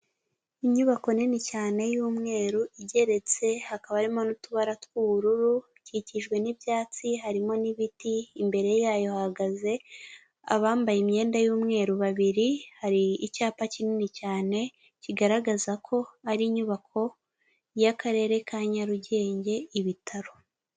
Inyubako nini cyane y'umweru igeretse hakaba harimo n'utubara tw'ubururu bikikijwe n'ibyatsi harimo n'ibiti, imbere yayo hahagaze abambaye imyenda y'umweru babiri hari icyapa kinini cyane kigaragaza ko ari inyubako y'akarere ka nyarugenge ibitaro.